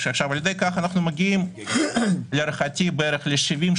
כך אנו מגיעים להערכתי ל-70%,